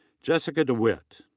jessica dewitt.